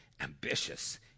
ambitious